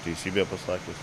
teisybę pasakius